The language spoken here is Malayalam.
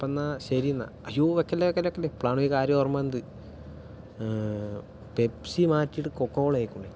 അപ്പ എന്നാ ശരിന്നാ അയ്യോ വെക്കല്ലേ വെക്കല്ലേ വെക്കല്ലേ ഇപ്പളാണ് ഒരു കാര്യം ഓർമ്മ വന്നത് പെപ്സി മാറ്റിട്ട് കൊക്കക്കോള ആയിക്കോളീ